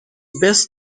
best